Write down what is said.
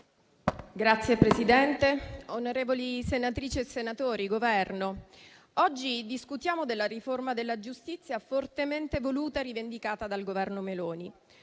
Signora Presidente, onorevoli senatrici e senatori, rappresentanti del Governo, oggi discutiamo della riforma della giustizia, fortemente voluta e rivendicata dal Governo Meloni.